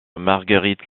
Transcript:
marguerite